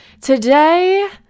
today